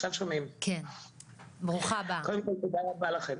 קודם כל תודה רבה לכם,